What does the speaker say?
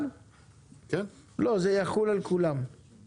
שכן יהיה פתרון משוק הביטוח